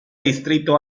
distrito